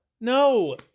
No